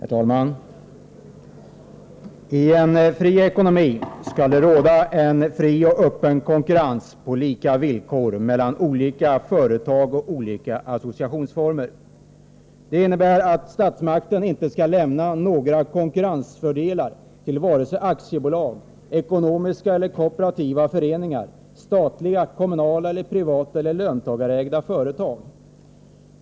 Herr talman! I en fri ekonomi skall det råda en fri och öppen konkurrens på lika villkor mellan olika företag och olika associationsformer. Det innebär att statsmakten inte skall lämna några konkurrensfördelar till vare sig aktiebolag, ekonomiska eller kooperativa föreningar eller statliga, kommunala, privata eller löntagarägda företag.